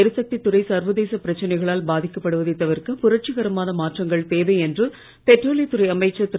எரிசக்தித் துறை சர்வதேச பிரச்சனைகளால் இந்தியாவின் பாதிக்கப்படுவதை தவிர்க்க புரட்சிகரமான மாற்றங்கள் தேவை என்று பெட்ரோலியத்துறை அமைச்சர் திரு